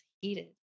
Heated